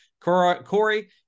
Corey